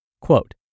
Quote